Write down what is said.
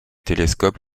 télescope